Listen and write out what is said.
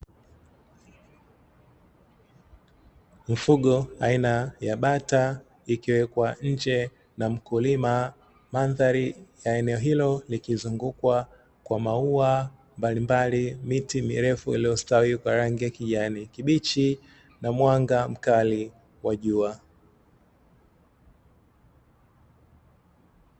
Mfugo aina ya bata ikiwekwa nje na mkulima madhari ya eneo hilo likizungukwa kwa maua mbalimbali, miti mirefu iliyostawi kwa rangi ya kijani kibichi na mwanga mkali wa jua.